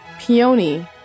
Peony